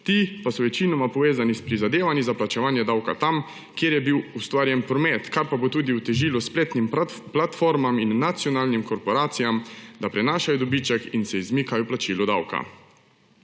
ti pa so večinoma povezani s prizadevanji za plačevanje davka tam, kjer je bil ustvarjen promet, kar pa bo tudi otežilo spletnim platformam in nacionalnih korporacijam, da prenašajo dobiček in se izmikajo plačilu davka.